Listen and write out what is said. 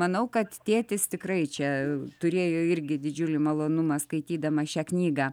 manau kad tėtis tikrai čia turėjo irgi didžiulį malonumą skaitydamas šią knygą